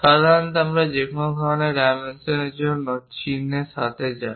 সাধারণত আমরা যেকোন ধরনের ডাইমেনশনের জন্য চিহ্নের সাথে যাই